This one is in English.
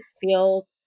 feel